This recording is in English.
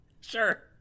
Sure